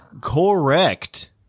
correct